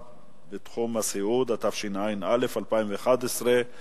התשע"א 2011,